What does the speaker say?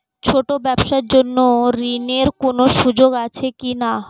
ছোট ব্যবসার জন্য ঋণ এর কোন সুযোগ আছে কি না?